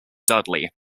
dudley